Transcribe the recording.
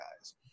guys